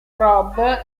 rob